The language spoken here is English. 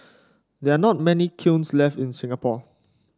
there are not many kilns left in Singapore